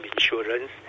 insurance